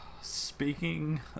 Speaking